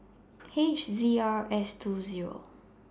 H Z R S two Zero